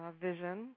vision